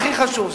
הכי חשוב,